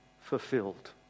fulfilled